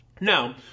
Now